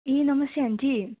ए नमस्ते आन्टी